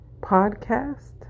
podcast